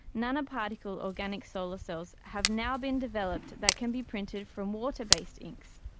nanoparticle organic solar cells have now been developed that can be printed from water based inks.